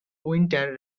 winter